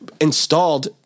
Installed